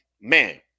man